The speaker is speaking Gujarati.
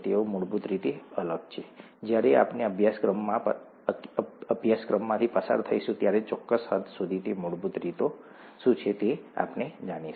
તેઓ મૂળભૂત રીતે અલગ છે જ્યારે આપણે અભ્યાસક્રમમાંથી પસાર થઈશું ત્યારે ચોક્કસ હદ સુધી તે મૂળભૂત રીતો શું છે તે આપણે જાણીશું